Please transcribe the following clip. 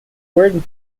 word